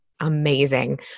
amazing